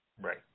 Right